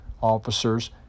officers